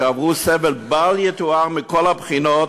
אשר עברו סבל בל-יתואר, מכל הבחינות,